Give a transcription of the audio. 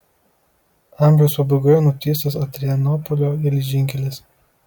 amžiaus pabaigoje nutiestas adrianopolio geležinkelis